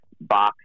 box